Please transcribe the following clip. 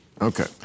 Okay